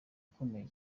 ukomeye